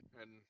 and-